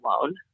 alone